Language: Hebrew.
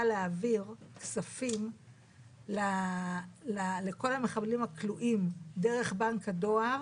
להעביר כספים לכל המחבלים הכלואים דרך בנק הדואר